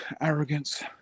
arrogance